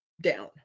down